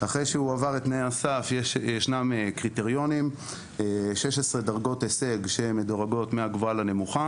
אם הוא עובר את תנאי הסף אז יש 16 דרגות הישג שמדורגות מהגבוהה לנמוכה